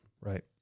Right